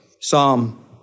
Psalm